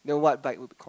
then what bike